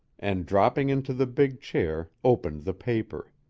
and, dropping into the big chair, opened the paper.